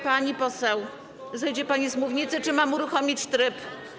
Pani poseł, zejdzie pani z mównicy, czy mam uruchomić tryb.